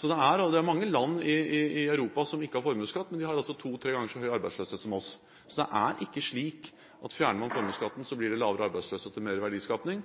Det er mange land i Europa som ikke har formuesskatt, men de har altså to–tre ganger så høy arbeidsløshet som vi. Så det er ikke slik at fjerner man formuesskatten, blir det lavere arbeidsløshet og mer verdiskaping.